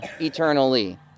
eternally